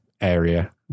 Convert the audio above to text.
area